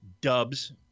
Dubs